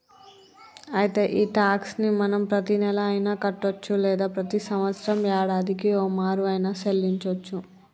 అయితే ఈ టాక్స్ ని మనం ప్రతీనెల అయిన కట్టొచ్చు లేదా ప్రతి సంవత్సరం యాడాదికి ఓమారు ఆయిన సెల్లించోచ్చు